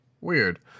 weird